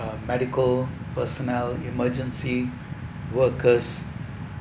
uh medical personnel emergency workers